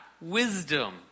wisdom